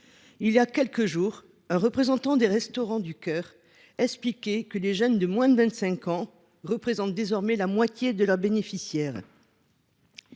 Il y a quelques jours, un représentant des Restos du Cœur expliquait que les jeunes de moins de 25 ans représentent désormais la moitié des bénéficiaires